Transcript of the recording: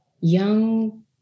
young